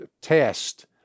test